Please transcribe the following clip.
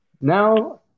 Now